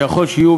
שיכול שיהיו,